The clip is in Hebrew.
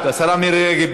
השרה מירי רגב?